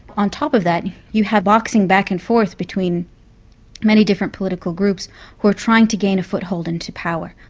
on top of that you have boxing back and forth between many different political groups who are trying to gain a foothold into power.